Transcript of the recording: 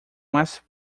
mais